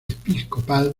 episcopal